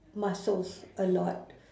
muscles a lot